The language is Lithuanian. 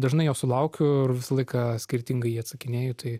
dažnai sulaukiu laiką skirtingai atsakinėju tai